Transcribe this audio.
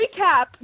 recap